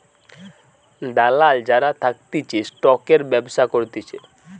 দালাল যারা থাকতিছে স্টকের ব্যবসা করতিছে